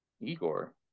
Igor